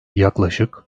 yaklaşık